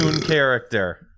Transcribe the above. character